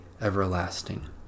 everlasting